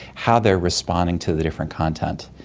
how they're responding to the different content.